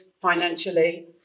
financially